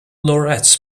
laureates